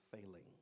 failing